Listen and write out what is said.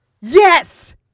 Yes